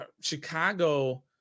Chicago